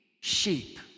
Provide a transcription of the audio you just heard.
sheep